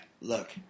look